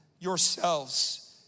yourselves